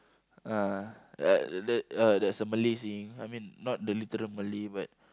uh uh there uh there's a Malay saying I mean not the literal Malay but